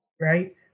right